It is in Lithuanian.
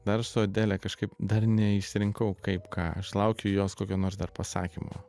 dar su adele kažkaip dar neišsirinkau kaip ką aš laukiu jos kokio nors dar pasakymo